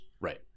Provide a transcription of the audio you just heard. Right